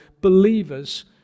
believers